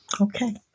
Okay